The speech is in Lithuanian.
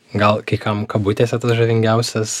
gal kai kam kabutėse tas žavingiausias